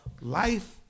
Life